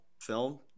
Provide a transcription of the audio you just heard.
film